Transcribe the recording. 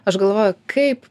aš galvoju kaip